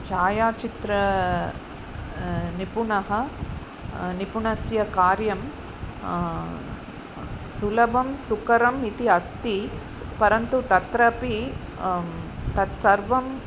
छायाचित्रनिपुणस्य निपुणं कार्यं सुलभं सुकरम् इति अस्ति परन्तु तत्रापि तत्सर्वम्